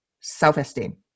self-esteem